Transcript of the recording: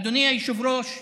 אדוני היושב-ראש,